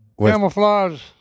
camouflage